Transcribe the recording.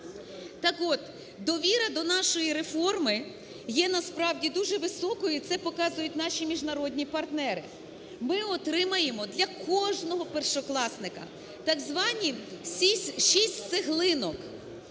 Так от, довіра до нашої реформи є насправді дуже високою, і це показують наші міжнародні партнери. Ми отримаємо для кожного першокласника так звані шість цеглинок,